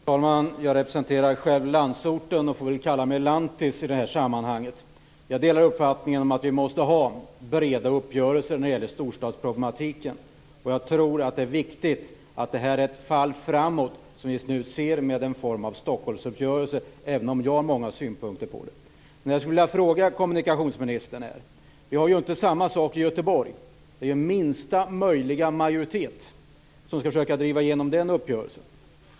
Fru talman! Jag representerar själv landsorten och får väl kalla mig för lantis i det här sammanhanget. Jag delar uppfattningen att vi måste ha breda uppgörelser när det gäller storstadsproblem. Den Stockholmsuppgörelse vi nu ser är ett fall framåt - även om jag har många synpunkter. Det är inte samma sak i Göteborg. Det är minsta möjliga majoritet som skall försöka driva igenom den uppgörelsen.